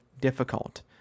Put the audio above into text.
difficult